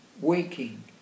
waking